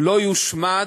לא יושמד,